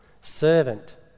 servant